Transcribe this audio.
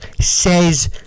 says